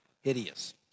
hideous